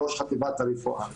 ראש חטיבת הרפואה,